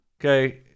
okay